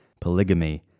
polygamy